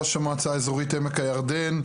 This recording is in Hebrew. ראש המועצה האזורית עמק הירדן,